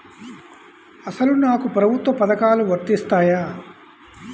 అసలు నాకు ప్రభుత్వ పథకాలు వర్తిస్తాయా?